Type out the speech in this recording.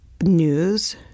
News